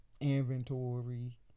Inventory